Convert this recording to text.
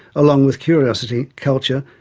along with curiosity, culture,